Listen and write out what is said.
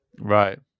Right